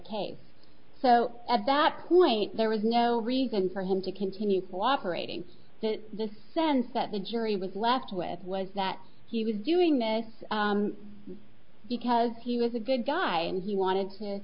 case so at that point there was no reason for him to continue operating in the sense that the jury was left with was that he was doing this because he was a good guy and he wanted to